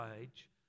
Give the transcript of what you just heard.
age